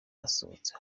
asohotse